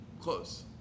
Close